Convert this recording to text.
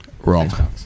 Wrong